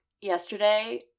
yesterday